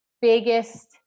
biggest